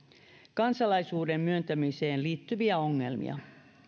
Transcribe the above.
kansalaisuuden myöntämiseen liittyviä ongelmia